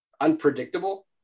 unpredictable